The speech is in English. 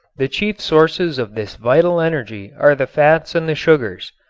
the chief sources of this vital energy are the fats and the sugars.